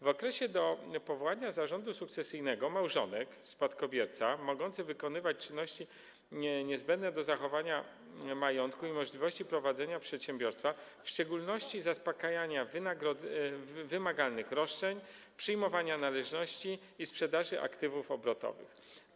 W okresie do powołania zarządu sukcesyjnego małżonek spadkobierca może wykonywać czynności niezbędne do zachowania majątku i możliwości prowadzenia przedsiębiorstwa, w szczególności zaspokajania wymaganych roszczeń, przyjmowania należności i sprzedaży aktywów obrotowych.